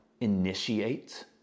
initiate